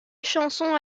chanson